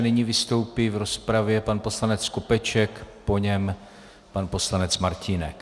Nyní vystoupí v rozpravě pan poslanec Skopeček, po něm pan poslanec Martínek.